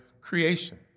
creation